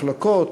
מחלוקות,